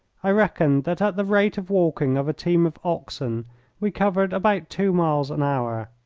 i reckoned that at the rate of walking of a team of oxen we covered about two miles an hour.